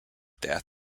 death